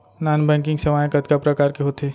non banking सेवाएं कतका प्रकार के होथे